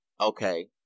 Okay